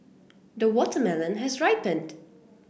the watermelon has ripened